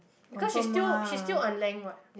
because she's still she's still on lang what